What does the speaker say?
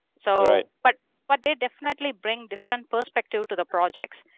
so but what they definitely bring different perspective to the projects.